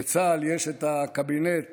לצה"ל יש את הקבינט